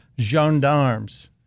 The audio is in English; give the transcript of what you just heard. gendarmes